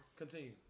Continue